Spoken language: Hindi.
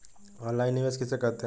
ऑनलाइन निवेश किसे कहते हैं?